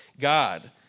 God